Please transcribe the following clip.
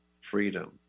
freedom